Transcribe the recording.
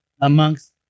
amongst